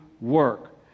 work